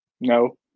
no